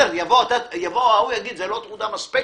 יבוא ההוא ויגיד: זו לא תעודה מספקת.